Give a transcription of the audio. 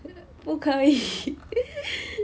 不可以